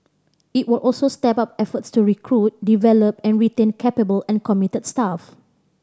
it will also step up efforts to recruit develop and retain capable and committed staff